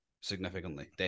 significantly